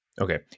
Okay